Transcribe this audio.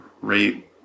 Rate